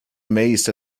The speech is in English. amazed